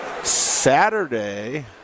Saturday